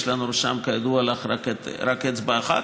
יש לנו שם, כידוע לך, רק אצבע אחת.